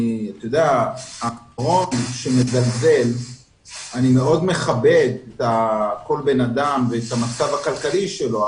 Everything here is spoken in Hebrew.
ואני האחרון שמזלזל ומאוד מכבד כל אדם והמצב הכלכלי שלו,